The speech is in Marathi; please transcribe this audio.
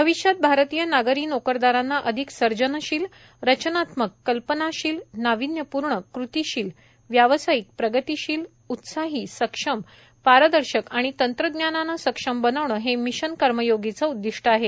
भविष्यात भारतीय नागरी नोकरदारांना अधिक सर्जनशील रचनात्मक कल्पनाशील नाविन्यपूर्ण कृतीशील व्यावसायिक प्रगतीशील उत्साही सक्षम पारदर्शक आणि तंत्रज्ञानाने सक्षम बनविणे हे मिशन कर्मयोगीचे उद्दीष्ट आहे